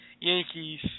Yankees